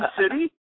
City